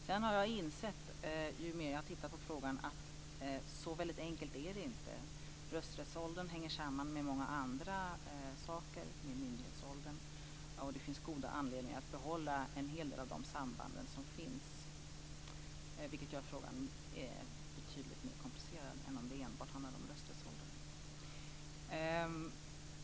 Sedan har jag, ju mer jag har tittat på frågan, insett att det inte är så väldigt enkelt. Rösträttsåldern hänger samman med många andra saker, bl.a. myndighetsåldern. Det finns goda skäl att behålla en hel del av de samband som finns. Det gör frågan betydligt mer komplicerad än om den enbart handlade om rösträttsålder.